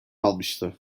almıştı